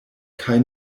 kaj